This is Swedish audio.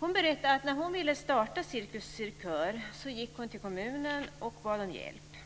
Hon berättade att hon när hon ville starta Cirkus Cirkör gick till kommunen och bad om hjälp.